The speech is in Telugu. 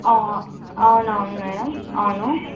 అవునవును మేడం అవును